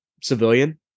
civilian